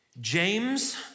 James